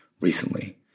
recently